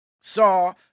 saw